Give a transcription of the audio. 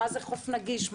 מה זה חוף נגיש,